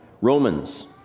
Romans